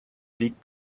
liegt